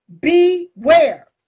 Beware